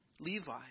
Levi